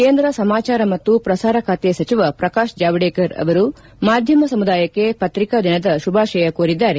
ಕೇಂದ್ರ ಸಮಾಚಾರ ಮತ್ತು ಪ್ರಸಾರ ಖಾತೆ ಸಚಿವ ಪ್ರಕಾಶ್ ಜಾವಡೇಕರ್ ಅವರು ಮಾಧ್ಯಮ ಸಮುದಾಯಕ್ಕೆ ಪತ್ರಿಕಾ ದಿನದ ಶುಭಾಶಯ ಕೋರಿದ್ದಾರೆ